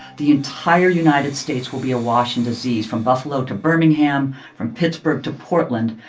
the entire united states will be awash in disease, from buffalo to birmingham, from pittsburgh to portland.